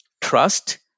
trust